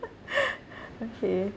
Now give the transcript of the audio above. okay